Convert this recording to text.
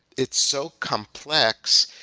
it's so complex.